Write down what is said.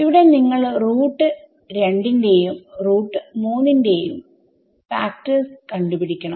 ഇവിടെ നിങ്ങൾ റൂട്ട് 2 ന്റെയും റൂട്ട് 3 യുടെയും ഫാക്ടെർസ് കണ്ടു പിടിക്കണം